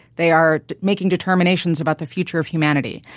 they are making determinations about the future of humanity.